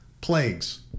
plagues